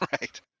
Right